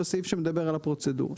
בסעיף שמדבר על הפרוצדורה.